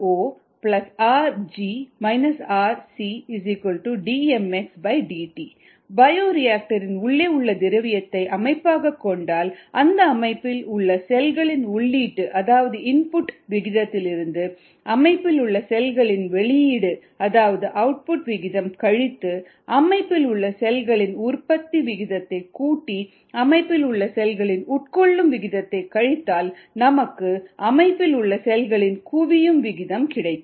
ri ro rg rcdmxdt bioreactor இன் உள்ளே உள்ள திரவியத்தை அமைப்பாகக் கொண்டால் அந்த அமைப்பில் உள்ள செல்களின் உள்ளீட்டு அதாவது இன்புட் விகிதத்திலிருந்து அமைப்பில் உள்ள செல்களின் வெளியீட்டு அதாவது அவுட்புட் விகிதம் கழித்து அமைப்பில் உள்ள செல்களின் உற்பத்தி விகிதத்தை கூட்டி அமைப்பில் உள்ள செல்களின் உட்கொள்ளும் விகிதத்தை கழித்தால் நமக்கு அமைப்பில் உள்ள செல்களின் குவியும் விகிதம் கிடைக்கும்